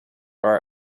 are